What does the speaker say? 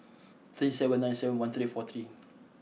three seven nine seven one three four three